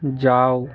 जाउ